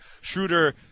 Schroeder